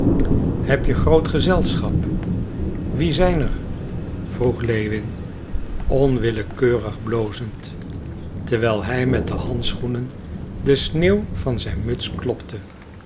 heb je groot gezelschap wie zijn er vroeg lewin onwillekeurig blozend terwijl hij met de handschoenen de sneeuw van zijn muts klopte